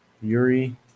Yuri